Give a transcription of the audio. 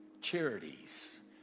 Charities